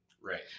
Right